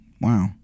Wow